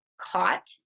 caught